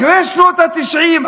אחרי שנות התשעים,